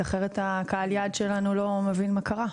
אחרת קהל היעד שלנו לא מבין מה קרה.